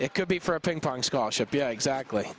it could be for a ping pong scholarship yeah exactly